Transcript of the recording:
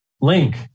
link